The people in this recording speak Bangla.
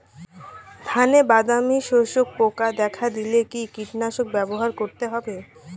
ধানে বাদামি শোষক পোকা দেখা দিলে কি কীটনাশক ব্যবহার করতে হবে?